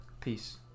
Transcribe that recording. peace